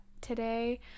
today